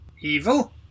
Evil